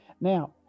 Now